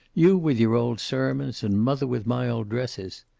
you with your old sermons, and mother with my old dresses!